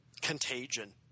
Contagion